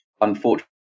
unfortunate